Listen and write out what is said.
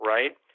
Right